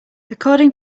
according